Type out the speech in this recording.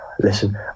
Listen